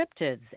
cryptids